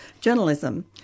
journalism